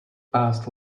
past